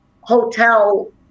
hotel